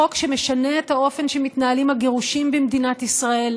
חוק שמשנה את האופן שמתנהלים הגירושים במדינת ישראל,